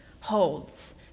holds